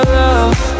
love